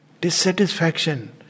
dissatisfaction